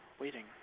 waiting